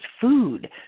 food